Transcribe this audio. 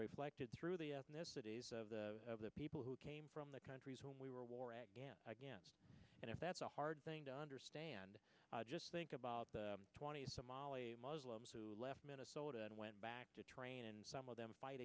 reflected through the ethnicities of the of the people who came from the countries where we were war and if that's a hard thing to understand just think about the twenty somali muslims who left minnesota and went back to train and some of them fight